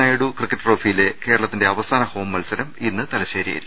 Naidu cricket ട്രോഫിയിലെ കേരളത്തിന്റെ അവസാന ഹോം മത്സരം ഇന്ന് തലശ്ശേരിയിൽ